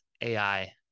AI